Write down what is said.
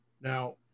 Now